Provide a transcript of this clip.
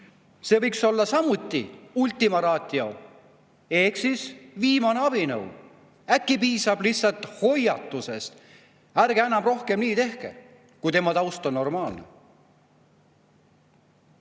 See võiks olla samutiultima ratioehk viimane abinõu. Äkki piisaks lihtsalt hoiatusest, et ärgu rohkem nii tehku, kui tema taust on normaalne?